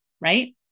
right